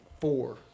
four